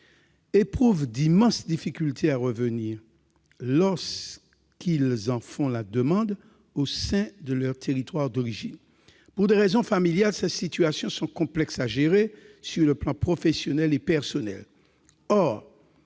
éprouvent d'immenses difficultés à revenir, lorsqu'ils en font la demande, au sein de leur territoire d'origine. Pour des raisons familiales, ces situations sont complexes à gérer sur le plan professionnel et personnel.